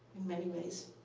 many ways.